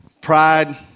Pride